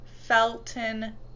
Felton